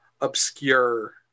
obscure